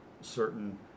certain